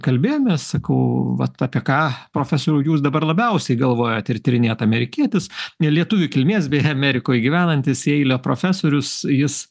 kalbėjomės sakau vat apie ką profesoriau jūs dabar labiausiai galvojat ir tyrinėjat amerikietis lietuvių kilmės beje amerikoje gyvenantis jeilio profesorius jis